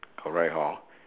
correct hor